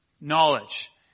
Knowledge